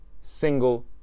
single